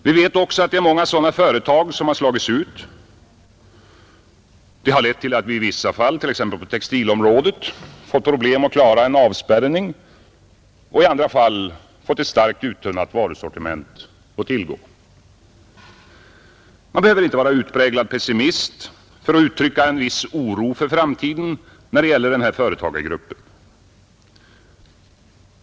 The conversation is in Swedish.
Vi vet också att många sådana företag har slagits ut. Det har lett till att vi i vissa fall — t.ex. på textilområdet — fått problem att klara en avspärrning och i andra fall fått ett starkt uttunnat varusortiment. Man behöver inte vara någon utpräglad pessimist för att uttrycka oro inför framtiden för denna företagargrupp.